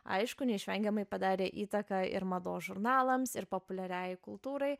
aišku neišvengiamai padarė įtaką ir mados žurnalams ir populiariajai kultūrai